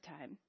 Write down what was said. time